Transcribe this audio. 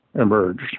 Emerged